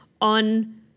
on